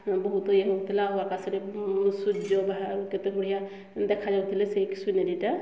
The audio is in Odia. ବହୁତ ଇଏ ହଉଥିଲା ଆଉ ଆକାଶରେ ସୂର୍ଯ୍ୟ ବାହାରେ କେତେ ବଢ଼ିଆ ଦେଖାଯାଉଥିଲେ ସେଇ ସିନେରୀଟା